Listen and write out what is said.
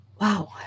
Wow